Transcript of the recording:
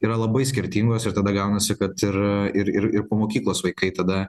yra labai skirtingos ir tada gaunasi kad ir ir ir ir po mokyklos vaikai tada